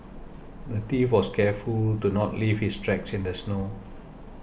the thief was careful to not leave his tracks in the snow